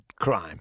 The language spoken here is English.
crime